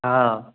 हँ